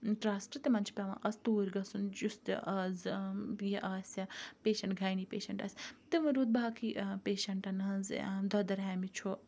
trust تِمَن چھُ پیٚوان آز توٗرۍ گَژھُن یُس تہِ آز یہِ آسہِ پیشَنٛٹ گَینی پیشَنٛٹ آسہِ تہٕ وۄنۍ روٗد باقی پیشَنٛٹَن ہٕنٛز دۄدرہامہِ چھُ